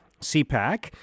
CPAC